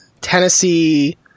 Tennessee